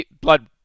blood